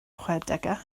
chwedegau